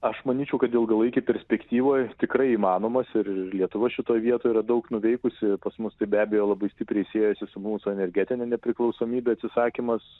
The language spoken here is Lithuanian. aš manyčiau kad ilgalaikėj perspektyvoj tikrai įmanomas ir lietuva šitoj vietoj yra daug nuveikusi pas mus tai be abejo labai stipriai siejasi su mūsų energetine nepriklausomybe atsisakymas